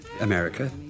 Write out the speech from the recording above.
America